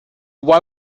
why